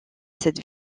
cette